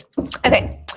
Okay